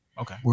Okay